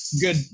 good